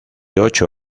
ocho